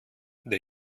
der